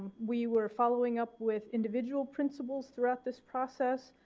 we were following up with individual principals throughout this process.